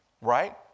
right